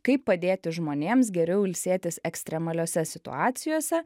kaip padėti žmonėms geriau ilsėtis ekstremaliose situacijose